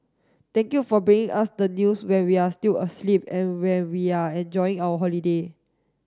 thank you for bringing us the news when we are still asleep and when we are enjoying our holiday